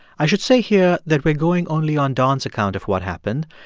i should say here that we're going only on don's account of what happened.